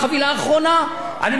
אני מקווה שהמצב לא יחריף,